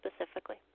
specifically